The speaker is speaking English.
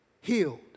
healed